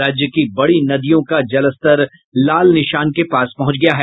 राज्य की बड़ी नदियों का जलस्तर लाल निशान के पास पहुंच गया है